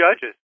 judges